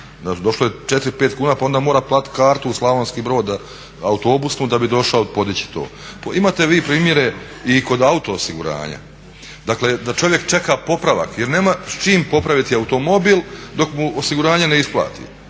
došlo je 4, 5 kuna, pa onda mora platiti kartu u Slavonski brod autobusnu da bi došao podići to. Imate vi primjere i kod auto osiguranja. Dakle da čovjek čeka popravak jer nema s čime popraviti automobil dok mu osiguranje ne isplati.